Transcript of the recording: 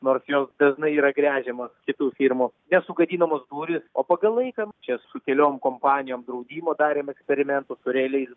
nors jos dažnai yra gręžiamos kitų firmų nesugadinamos durys o pagal laiką nu čia su keliom kompanijom draudimo darėm eksperimentus su realiais